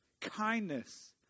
kindness